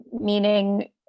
meaning